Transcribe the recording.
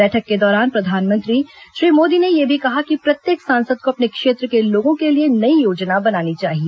बैठक के दौरान प्रधानमंत्री श्री मोदी ने यह भी कहा कि प्रत्येक सांसद को अपने क्षेत्र के लोगों के लिए नई योजना बनानी चाहिए